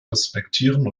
respektieren